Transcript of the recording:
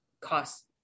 cost